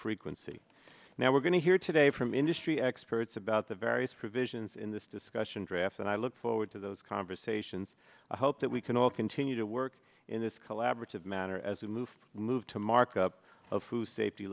frequency now we're going to hear today from industry experts about the various provisions in this discussion draft and i look forward to those conversations i hope that we can all continue to work in this collaborative manner as we move move to markup of who safety